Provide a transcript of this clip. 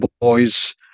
boys